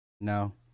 No